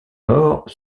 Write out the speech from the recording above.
nord